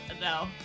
no